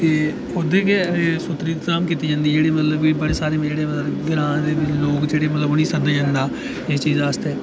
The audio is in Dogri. उद्धर गै सूतरै दी धाम कीती जंदी ऐ कीि जेह्ड़े मतलब की बड़े सारे ग्रांऽ दे लोक जिनेंगी मतलब सद्देआ जंदा इस चीज़ आस्तै